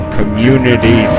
Community